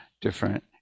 different